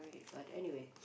but anyway